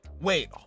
Wait